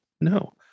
No